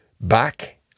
back